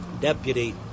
deputy